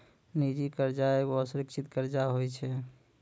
निजी कर्जा एगो असुरक्षित कर्जा होय छै